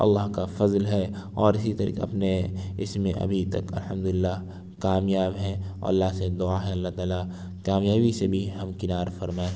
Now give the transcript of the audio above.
اللہ کا فضل ہے اور اسی طریقے اپنے اس میں ابھی تک الحمد للہ کامیاب ہیں اور اللہ سے دعا ہے اللہ تعالیٰ کامیابی سے بھی ہم کنار فرمائے